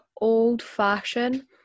old-fashioned